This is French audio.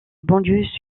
banlieue